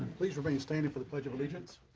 please remaining standing for the pledge of allegiance.